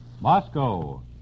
Moscow